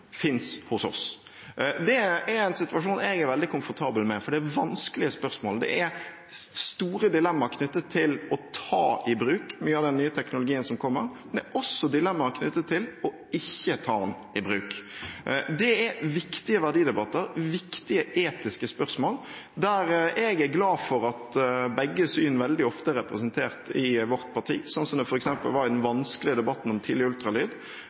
finnes. Det er en situasjon jeg er veldig komfortabel med, for det er vanskelige spørsmål. Det er store dilemma knyttet til å ta i bruk mye av den nye teknologien som kommer, men også dilemma knyttet til ikke å ta den i bruk. Det er viktige verdidebatter, viktige etiske spørsmål, der jeg er glad for at begge syn veldig ofte er representert i vårt parti, sånn som det f.eks. var i den vanskelige debatten om tidlig ultralyd.